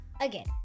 again